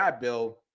Bill